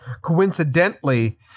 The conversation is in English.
coincidentally